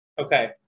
Okay